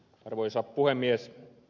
arvoisa puhemies